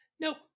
Nope